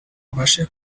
ubashe